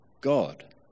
God